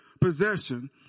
possession